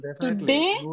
today